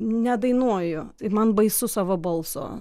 nedainuoju man baisu savo balso